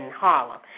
Harlem